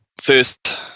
first